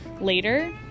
later